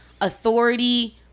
authority